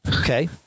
Okay